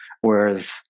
whereas